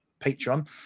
Patreon